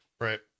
right